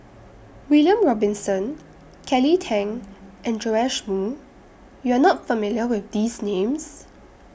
William Robinson Kelly Tang and Joash Moo YOU Are not familiar with These Names